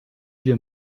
wir